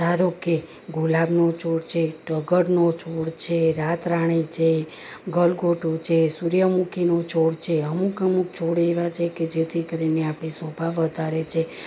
ધારો કે ગુલાબનો છોડ છે ટગરનો છોડ છે રાતરાણી છે ગલગોટો છે સૂર્યમુખીનો છોડ છે અમુક અમુક છોડ એવા છે કે જેથી કરીને આપણી શોભા વધારે છે